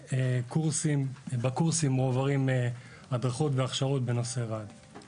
קורסים שבהם מועברים הדרכות והכשרות בנושא רעידות אדמה.